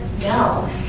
No